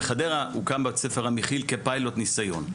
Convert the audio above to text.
בחדרה הוקם בית ספר המכיל כפיילוט נסיון,